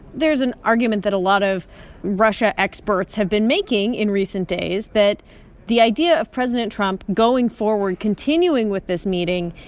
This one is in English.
there's an argument that a lot of russia experts have been making in recent days that the idea of president trump going forward, continuing with this meeting,